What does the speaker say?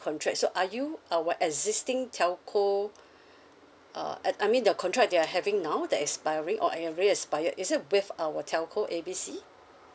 contract so are you our existing telco uh I mean your contract that you're having now expiring or already expired is it with our telco A B C